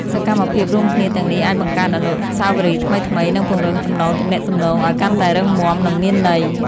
សកម្មភាពរួមគ្នាទាំងនេះអាចបង្កើតអនុស្សាវរីយ៍ថ្មីៗ និងពង្រឹងចំណងទំនាក់ទំនងឱ្យកាន់តែរឹងមាំ និងមានន័យ។